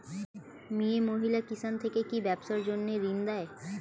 মিয়ে মহিলা কিষান থেকে কি ব্যবসার জন্য ঋন দেয়?